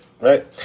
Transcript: Right